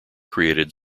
created